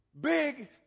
big